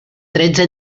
tretze